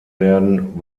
werden